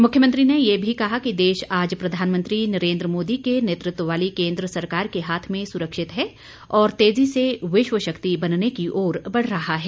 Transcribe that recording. मुख्यमंत्री ने ये भी कहा कि देश आज प्रधानमंत्री नरेन्द्र मोदी के नेतृत्व वाली केन्द्र सरकार के हाथ में सुरक्षित है और तेजी से विश्व शक्ति बनने की ओर बढ़ रहा है